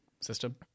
system